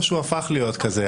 או שהוא הפך להיות כזה.